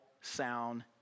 sound